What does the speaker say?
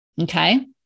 Okay